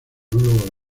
monólogo